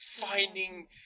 finding